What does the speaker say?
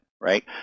right